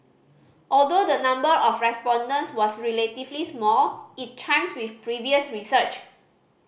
although the number of respondents was relatively small it chimes with previous research